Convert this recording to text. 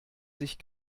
sich